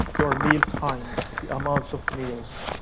your meal times, the amounts of meals,